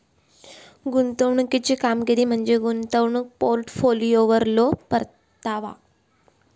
गुंतवणुकीची कामगिरी म्हणजे गुंतवणूक पोर्टफोलिओवरलो परतावा